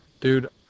dude